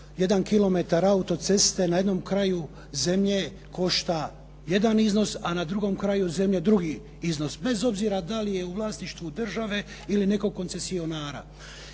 autoceste na jednom kraju zemlje košta jedan iznos, a na drugom kraju zemlje drugi iznos. Bez obzira da li je u vlasništvu države ili nekog koncesionara.